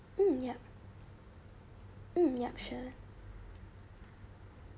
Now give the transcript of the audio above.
mm yup mm yup sure